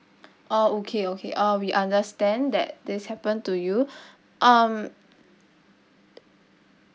orh okay okay uh we understand that this happen to you um